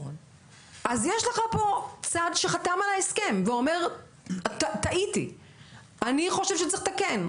אז יש לך פה צד שחתם על ההסכם ואומר "טעיתי ואני חושב שצריך לתקן"